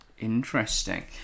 interesting